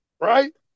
right